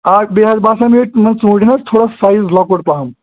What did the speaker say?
اَکھ بیٚیہِ حظ باسان ییٚتہِ تِمَن ژوٗنٛٹھٮ۪ن حظ تھوڑا سایز لۄکُٹ پَہَم